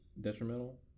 detrimental